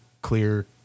clear